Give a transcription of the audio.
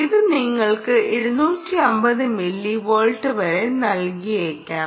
ഇത് നിങ്ങൾക്ക് 250 മില്ലിവോൾട്ട് വരെ നൽകിയേക്കാം